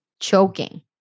choking